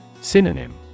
Synonym